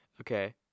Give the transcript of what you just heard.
Okay